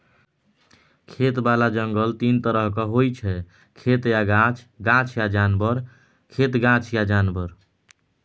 खेतबला जंगल तीन तरहक होइ छै खेत आ गाछ, गाछ आ जानबर, खेत गाछ आ जानबर